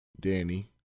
Danny